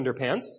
underpants